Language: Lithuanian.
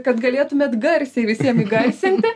kad galėtumėt garsiai visiem įgarsinti